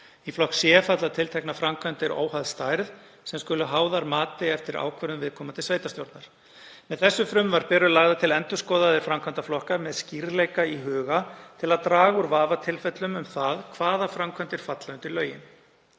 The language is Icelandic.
Í flokk C falla tilteknar framkvæmdir óháð stærð sem skulu háðar mati eftir ákvörðun viðkomandi sveitarstjórnar. Með þessu frumvarpi eru lagðir til endurskoðaðir framkvæmdaflokkar með skýrleika í huga til að draga úr vafatilfellum um það hvaða framkvæmdir falla undir lögin.